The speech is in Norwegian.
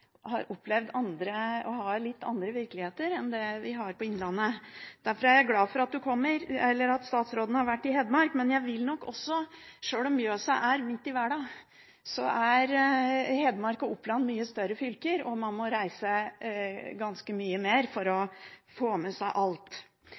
har opplevd litt andre virkeligheter enn dem vi har i innlandet, og derfor er jeg glad for at statsråden har vært i Hedmark. Men sjøl om Mjøsa er midt i verda, er Hedmark og Oppland mye større fylker, og man må reise ganske mye mer for å